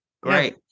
Great